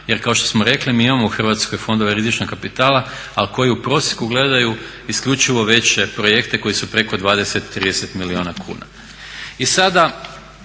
jer kao što smo rekli mi imamo u Hrvatskoj fondove rizičnog kapitala ali koji u prosjeku gledaju isključivo veće projekte koji su preko 20, 30 milijuna kuna.